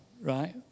right